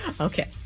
Okay